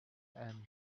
and